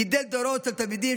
גידל דורות של תלמידים,